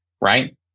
right